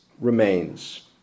remains